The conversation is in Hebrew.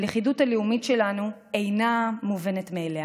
הלכידות הלאומית שלנו אינה מובנת מאליה.